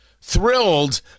thrilled